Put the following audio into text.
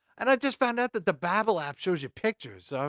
and i just found out that the babble app shows you pictures!